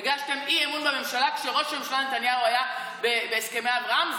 הגשתם אי-אמון בממשלה כשראש הממשלה נתניהו היה בהסכמי אברהם.